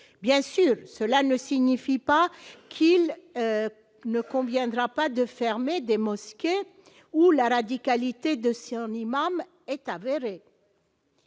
bien sûr, cela ne signifie pas qu'il ne combien pas de fermer des mosquées ou la radicalité de un imam est avérée.